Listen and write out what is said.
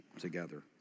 together